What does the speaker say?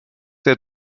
der